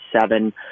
seven